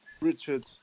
Richard